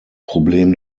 problem